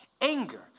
anger